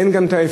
אין גם אפשרות,